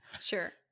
Sure